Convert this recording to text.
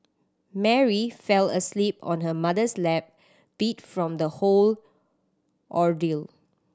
Mary fell asleep on her mother's lap beat from the whole ordeal